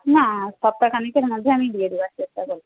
না সপ্তাহখানেকের মধ্যে আমি দিয়ে দেওয়ার চেষ্টা করব